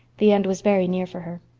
the end was very near for her.